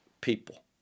people